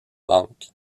banque